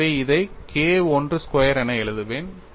எனவே இதை K I square என எழுதுவேன்